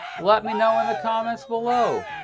let me know in the comments below.